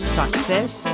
success